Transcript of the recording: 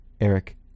Eric